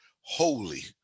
holy